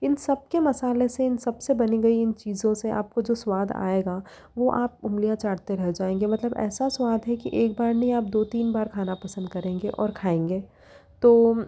इन सब के मसाले से इन सबसे बनी गई इन चीजों से आपको जो स्वाद आएगा वो आप उंगलियाँ चाटते रह जाएँगे मतलब ऐसा स्वाद है कि एक बार नहीं आप दो तीन बार खाना पसंद करेंगे और खाएंगे तो